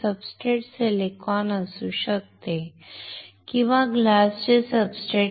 substrate silicon असू शकते किंवा ग्लास चे सब्सट्रेट